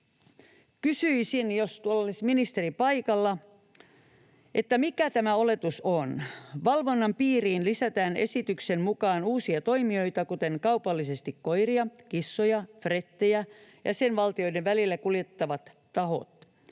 Kysyisin, jos tuolla olisi ministeri paikalla, mikä tämä oletus on. Valvonnan piiriin lisätään esityksen mukaan uusia toimijoita, kuten kaupallisesti koiria, kissoja tai frettejä jäsenvaltioiden välillä kuljettavat tahot.